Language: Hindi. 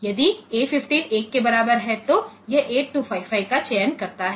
यदि ए 15 1 के बराबर है तो यह 8255 का चयन करता है